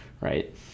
right